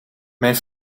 mijn